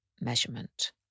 measurement